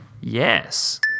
Yes